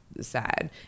sad